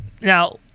now